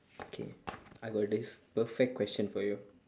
okay I got this perfect question for you